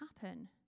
happen